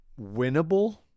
winnable